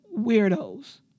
weirdos